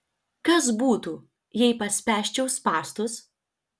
kas būtų jei paspęsčiau spąstus